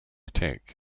tech